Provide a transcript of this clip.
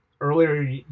earlier